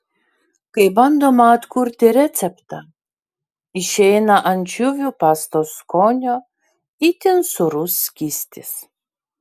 kai bandoma atkurti receptą išeina ančiuvių pastos skonio itin sūrus skystis